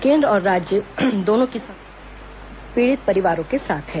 केंद्र और राज्य दोनों की संवेदना पीड़ित परिवारों के साथ है